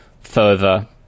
further